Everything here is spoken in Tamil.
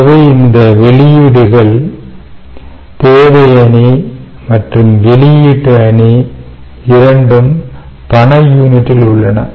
எனவே இந்த வெளியீடுகள் தேவை அணி மற்றும் வெளியீட்டு அணி இரண்டும் பண யூனிட்டில் உள்ளன